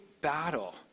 battle